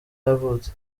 yavutse